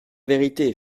vérité